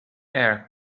air